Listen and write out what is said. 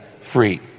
free